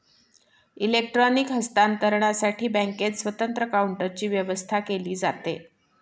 electronic हस्तांतरणसाठी बँकेत स्वतंत्र काउंटरची व्यवस्था केली जाते